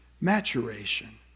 maturation